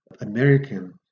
American